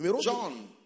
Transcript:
John